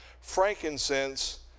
frankincense